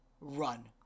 Run